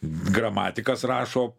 gramatikas rašo